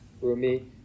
Rumi